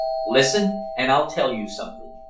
listen, and i'll tell you something.